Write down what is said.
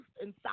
inside